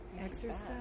Exercise